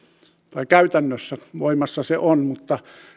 tai käytännössä voimassa se on mutta